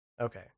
okay